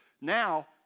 Now